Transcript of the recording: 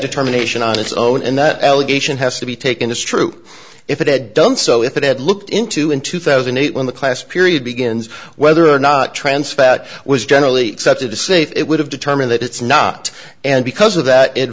determination on its own and that allegation has to be taken as true if it had done so if it had looked into in two thousand and eight when the class period begins whether or not trans fat was generally accepted to say it would have determined that it's not and because of that i